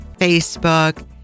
Facebook